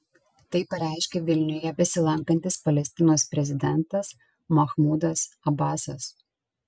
tai pareiškė vilniuje besilankantis palestinos prezidentas mahmudas abasas